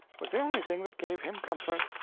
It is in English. was the only thing that gave him comfort.